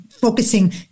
focusing